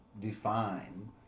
define